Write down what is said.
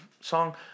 song